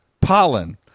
pollen